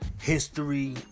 history